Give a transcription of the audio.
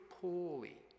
poorly